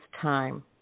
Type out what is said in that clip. time